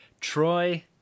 Troy